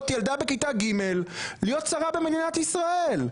ילדה בכיתה ג' להיות שרה במדינת ישראל.